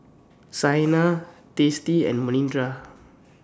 Saina Teesta and Manindra